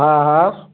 हा हा